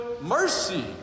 mercy